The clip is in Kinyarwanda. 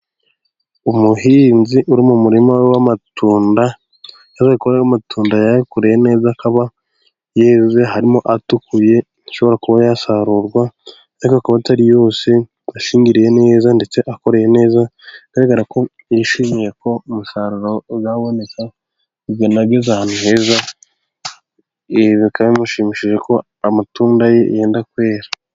Umuhinzi uri mu murima we w'amatunda bigaragare ko amatunda yayakoreye neza akaba yeze, harimo atukuye ashobora kuba yasarurwa, ariko akaba atari yose ashingiriye neza ndetse akoreye neza, bigaragara ko yishimiye ko umusaruro uzaboneka igihe ageze ahantu heza, ibi bikaba bimushimishije ko amatunda ye yenda kwera.